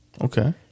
Okay